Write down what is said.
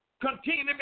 continue